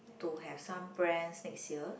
to have some brands next year